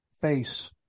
face